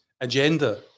agenda